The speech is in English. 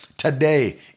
Today